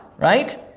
right